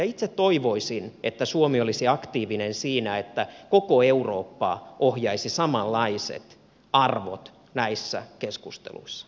itse toivoisin että suomi olisi aktiivinen siinä että koko eurooppaa ohjaisivat samanlaiset arvot näissä keskusteluissa